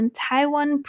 Taiwan